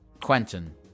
Quentin